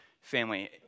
family